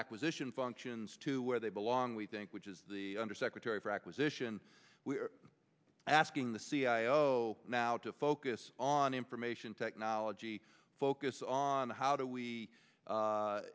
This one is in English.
acquisition functions to where they belong we think which is the undersecretary for acquisition we're asking the c e o now to focus on information technology focus on how do we